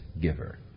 giver